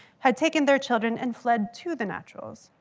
had taken their children and fled to the naturals,